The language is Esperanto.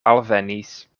alvenis